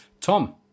Tom